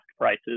prices